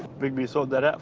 bigby sort that